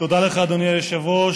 תודה לך, אדוני היושב-ראש.